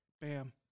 bam